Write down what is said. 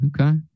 Okay